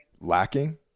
Lacking